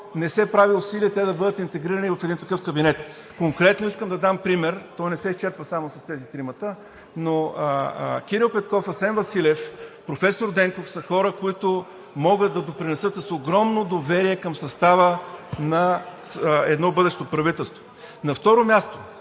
не се прави усилие те да бъдат интегрирани в един такъв кабинет? Конкретно искам да дам пример и той не се изчерпва само с тези тримата, но Кирил Петков, Асен Василев, професор Денков са хора, които могат да допринесат с огромно доверие към състава на едно бъдещо правителство. За нас